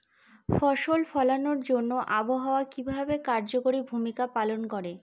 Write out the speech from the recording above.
ফসল ফলানোর জন্য আবহাওয়া কিভাবে কার্যকরী ভূমিকা পালন করে?